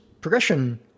progression